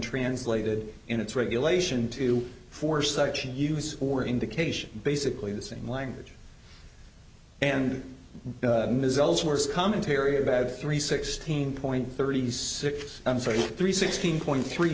translated in its regulation to force such use or indication basically the same language and commentary about three sixteen point thirty six i'm sorry three sixteen point three